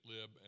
Lib